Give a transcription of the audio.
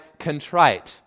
contrite